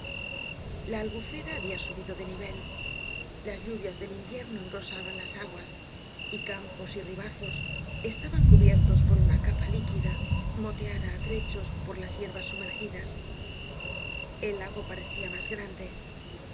la albufera había subido de nivel las lluvias del invierno engrosaban las aguas y campos y ribazos estaban cubiertos por una capa líquida moteada á trechos por las hierbas sumergidas el lago parecía más grande